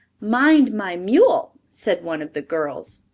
mind my mule, said one of the girls.